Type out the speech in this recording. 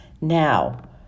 Now